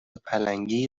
پلنگی